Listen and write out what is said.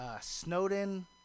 Snowden